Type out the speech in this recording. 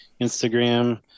Instagram